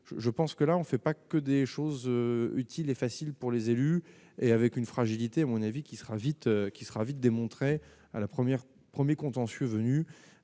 je pense que là, on ne fait pas que des choses utiles et facile pour les élus et avec une fragilité à mon avis qui sera vite qui sera vite démontré à la première 1er contentieux venu